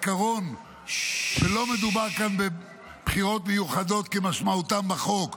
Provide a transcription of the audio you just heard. ולא מדובר כאן בבחירות מיוחדות כמשמעותן בחוק,